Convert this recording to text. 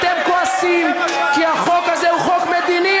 אתם כועסים כי החוק הזה הוא חוק מדיני,